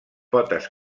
potes